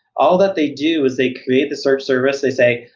all that they do is they create the search service. they say,